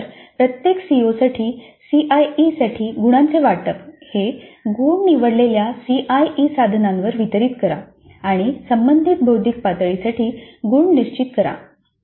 त्यानंतर प्रत्येक सीओसाठी सीआयईसाठी गुणांचे वाटप हे गुण निवडलेल्या सीआयई साधनांवर वितरित करा आणि संबंधित बौद्धिक पातळीसाठी गुण निश्चित करा